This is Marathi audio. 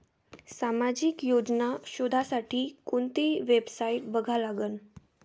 सामाजिक योजना शोधासाठी कोंती वेबसाईट बघा लागन?